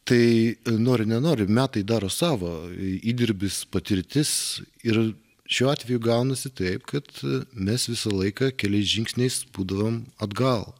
tai nori nenori metai daro savo įdirbis patirtis ir šiuo atveju gaunasi taip kad mes visą laiką keliais žingsniais būdavom atgal